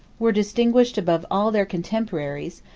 were distinguished above all their contemporaries,